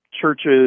churches